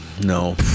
No